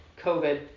COVID